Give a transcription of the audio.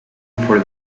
for